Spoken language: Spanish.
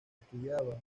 estudiaba